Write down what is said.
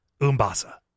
Umbasa